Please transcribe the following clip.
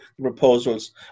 proposals